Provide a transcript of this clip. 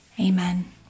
amen